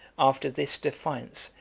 after this defiance,